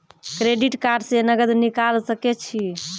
Credit card से नगद निकाल सके छी?